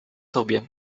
tobie